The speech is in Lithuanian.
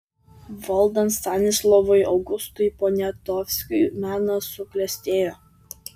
valdant stanislovui augustui poniatovskiui menas suklestėjo